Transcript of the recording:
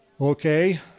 Okay